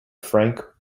frank